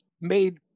made